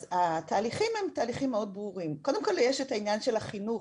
אז התהליכים הם תהליכים מאוד ברורים - קודם כל יש את העניין של החינוך,